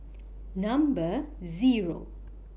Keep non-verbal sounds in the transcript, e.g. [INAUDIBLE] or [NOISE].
[NOISE] Number Zero